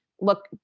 look